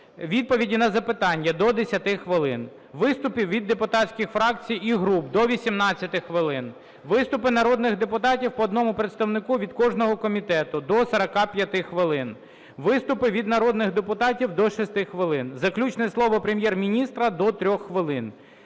відповіді на запитання – до 10 хвилин; виступи від депутатських фракцій і груп – до 18 хвилин; виступи народних депутатів по одному представнику від кожного комітету – до 45 хвилин; виступи від народних депутатів – до 6 хвилин; заключне слово Прем'єр-міністра – до 3 хвилин;